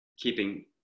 keeping